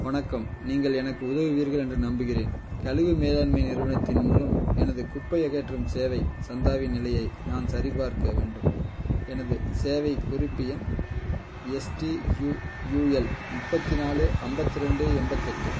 வணக்கம் நீங்கள் எனக்கு உதவுவீர்கள் என்று நம்புகிறேன் கழிவு மேலாண்மை நிறுவனத்தின் மூலம் எனது குப்பை அகற்றும் சேவை சந்தாவின் நிலையை நான் சரிபார்க்க வேண்டும் எனது சேவை குறிப்பு எண் எஸ்டியுயுஎல் முப்பத்து நாலு ஐம்பத்து ரெண்டு எண்பத்தெட்டு